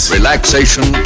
Relaxation